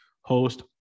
host